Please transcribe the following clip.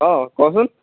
অঁ কচোন